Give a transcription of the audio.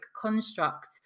construct